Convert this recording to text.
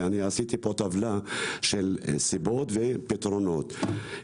השחור והאפור וכל הצבעים